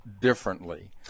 differently